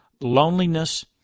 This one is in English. Loneliness